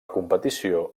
competició